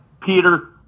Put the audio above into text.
Peter